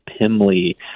Pimley